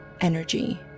energy